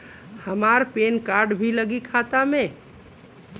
हमार PAN card भी लगी खाता में?